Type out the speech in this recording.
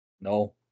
No